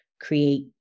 create